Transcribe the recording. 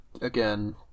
again